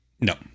No